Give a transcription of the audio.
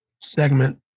segment